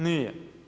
Nije.